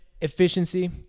efficiency